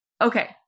Okay